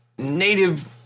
Native